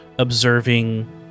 observing